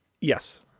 yes